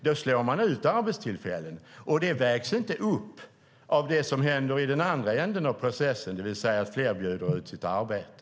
Då slår man ut arbetstillfällen, och det vägs inte upp av det som händer i den andra änden av processen, det vill säga att fler bjuder ut sitt arbete.